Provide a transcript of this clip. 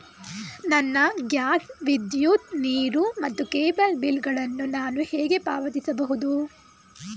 ನನ್ನ ಗ್ಯಾಸ್, ವಿದ್ಯುತ್, ನೀರು ಮತ್ತು ಕೇಬಲ್ ಬಿಲ್ ಗಳನ್ನು ನಾನು ಹೇಗೆ ಪಾವತಿಸುವುದು?